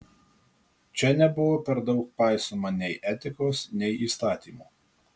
čia nebuvo per daug paisoma nei etikos nei įstatymų